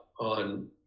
on